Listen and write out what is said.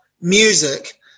music